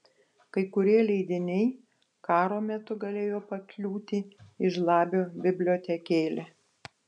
kai kurie leidiniai karo metu galėjo pakliūti į žlabio bibliotekėlę